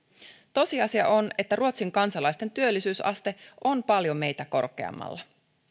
tosiasia on että ruotsin kansalaisten työllisyysaste on paljon meitä korkeammalla